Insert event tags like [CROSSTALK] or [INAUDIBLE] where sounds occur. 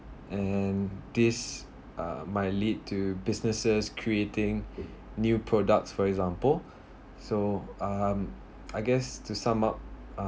and this uh might lead to businesses creating [BREATH] new products for example [BREATH] so um I guess to sum up uh